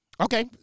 Okay